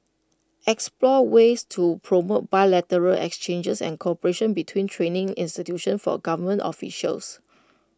explore ways to promote bilateral exchanges and cooperation between training institutions for government officials